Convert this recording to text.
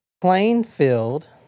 plainfield